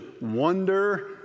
wonder